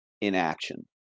inaction